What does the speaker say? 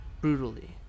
brutally